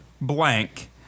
blank